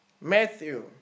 Matthew